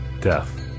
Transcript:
death